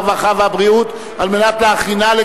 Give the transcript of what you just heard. הרווחה והבריאות נתקבלה.